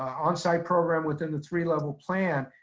onsite program within the three-level plan.